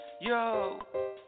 yo